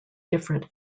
different